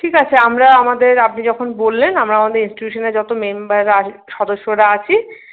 ঠিক আছে আমরা আমাদের আপনি যখন বললেন আমরা আমাদের ইন্সটিটিউশনে যত মেম্বাররা সদস্যরা আছি